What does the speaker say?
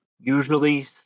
usually